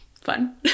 fun